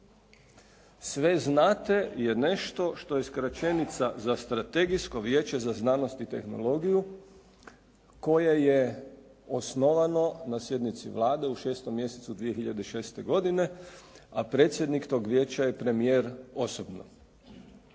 SVEZNATE je nešto što je skraćenica za strategijsko Vijeće za znanost i tehnologiju koje je osnovano na sjednici Vlade u 6. mjesecu 2006. godine, a predsjednik tog vijeća je premijer osobno.